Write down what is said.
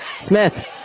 Smith